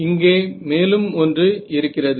இங்கே மேலும் ஒன்று இருக்கிறது